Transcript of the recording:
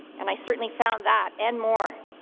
and i certainly found that and more.